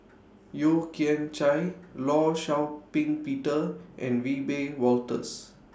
Yeo Kian Chye law Shau Ping Peter and Wiebe Wolters